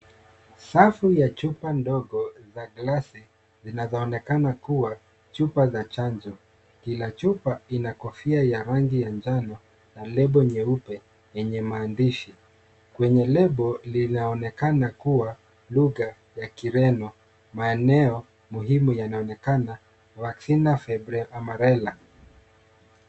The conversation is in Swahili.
Safu ya chupa ndogo za glasi, zinazoonekana kuwa chupa za chanjo. Kila chupa ina kofia ya rangi ya njano, na lebo nyeupe yenye maandishi. Kwenye lebo ;linaonekana kuwa lugha ya kireno, maeneo muhimu yanaonekana,[cs Vacina, febre, amarella .